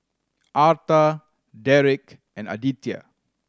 Arta Deric and Aditya